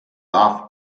life